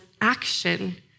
action